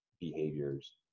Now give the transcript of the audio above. behaviors